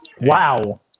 Wow